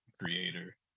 creator